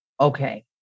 Okay